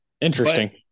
interesting